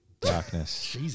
Darkness